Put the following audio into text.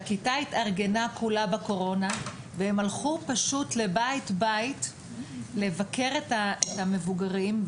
בקורונה הכיתה התארגנה כולה והלכה מבית לבית לבקר את המבוגרים,